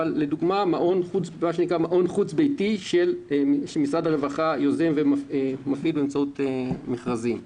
אבל לדוגמה מעון חוץ-ביתי שמשרד הרווחה יוזם ומפעיל באמצעות מכרזים,